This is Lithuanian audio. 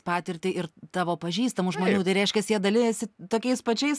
patirtį ir tavo pažįstamų žmonių tai reiškias jie dalijasi tokiais pačiais